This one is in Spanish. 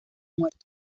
muertos